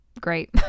great